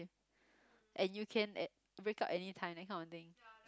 and you can at break up anytime that kind of thing